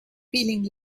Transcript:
feeling